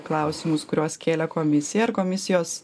klausimus kuriuos kėlė komisija ir komisijos